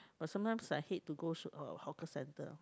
but sometimes I hate to go to uh hawker centre